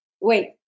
wait